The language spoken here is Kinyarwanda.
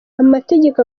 amategeko